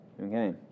Okay